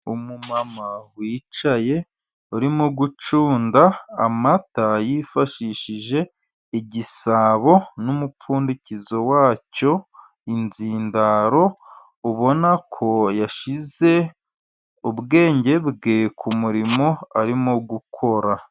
Umumama wicaye urimo gucunda amata yifashishije igisabo n'umupfundikizo wacyo inzindaro, ubona ko yashyize ubwenge bwe ku murimo arimo gukora.